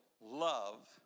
love